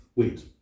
Wait